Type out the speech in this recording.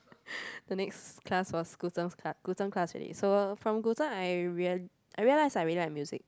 the next class was Guzheng's class Guzheng class already so from Guzheng I real~ I realized I really like music